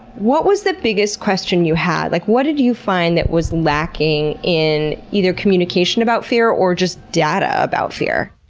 what was the biggest question you had? like what did you find that was lacking in either communication about fear or just data about fear?